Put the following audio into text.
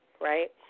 right